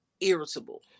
irritable